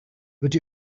but